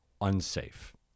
unsafe